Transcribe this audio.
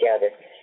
together